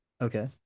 okay